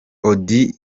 auddy